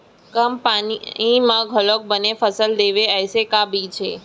कम पानी मा घलव बने फसल देवय ऐसे का बीज हे?